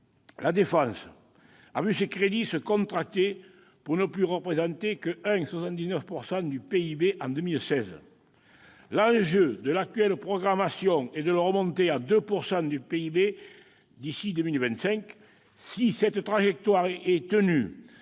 la défense a vu ses crédits se contracter, pour ne plus représenter que 1,79 % du PIB en 2016. L'enjeu de l'actuelle programmation est de le remonter à 2 % du PIB d'ici à 2025. Si cette trajectoire est tenue